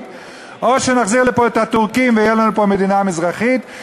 או שנחזיר לפה את הטורקים ותהיה לנו פה מדינה מזרחית.